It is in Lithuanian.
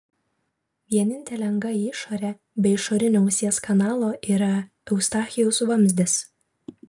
vienintelė anga į išorę be išorinio ausies kanalo yra eustachijaus vamzdis